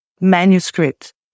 manuscript